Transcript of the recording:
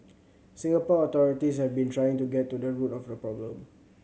Singapore authorities have been trying to get to the root of the problem